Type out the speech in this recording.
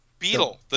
Beetle